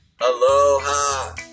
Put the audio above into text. Aloha